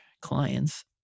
clients